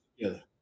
together